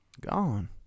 Gone